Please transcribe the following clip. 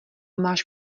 máš